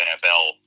NFL